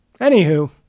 Anywho